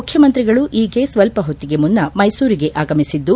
ಮುಖ್ಯಮಂತ್ರಿಗಳು ಈಗ್ಗೆ ಸ್ವಲ್ಪ ಹೊತ್ತಿಗೆ ಮುನ್ನ ಮೈಸೂರಿಗೆ ಆಗಮಿಸಿದ್ದು